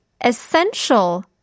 essential